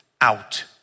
out